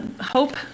hope